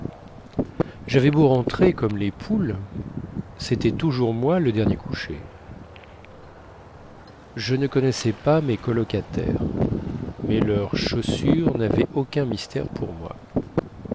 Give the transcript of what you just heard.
javais beau rentrer comme les poules cétait toujours moi le dernier couché je ne connaissais pas mes colocataires mais leurs chaussures navaient aucun mystère pour moi